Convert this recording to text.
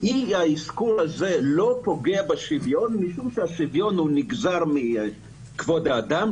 אי האזכור הזה לא פוגע בשוויון כי השוויון נגזר מכבוד האדם.